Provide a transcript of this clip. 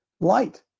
light